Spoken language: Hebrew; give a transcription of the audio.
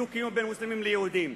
דו-קיום בין מוסלמים ליהודים,